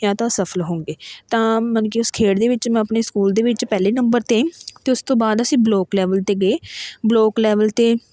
ਜਾਂ ਤਾਂ ਅਸਫਲ ਹੋਊਗੇ ਤਾਂ ਮਤਲਬ ਕਿ ਖੇਡ ਦੇ ਵਿੱਚ ਮੈਂ ਆਪਣੇ ਸਕੂਲ ਦੇ ਵਿੱਚ ਪਹਿਲੇ ਨੰਬਰ 'ਤੇ ਅਤੇ ਉਸ ਤੋਂ ਬਾਅਦ ਅਸੀਂ ਬਲੋਕ ਲੈਵਲ 'ਤੇ ਗਏ ਬਲੋਕ ਲੈਵਲ 'ਤੇ